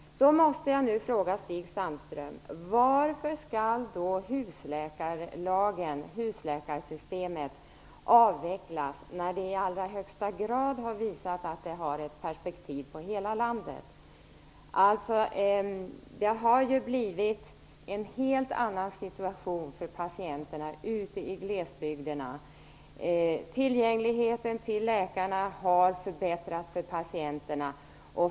Då måste jag nu fråga Stig Sandström: Varför skall då husläkarsystemet avvecklas när det i allra högsta grad har visat att det har ett perspektiv på hela landet? Det har ju blivit en helt annan situation för patienterna ute i glesbygderna. Tillgängligheten till läkarna har förbättrats för patienterna.